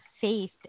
faith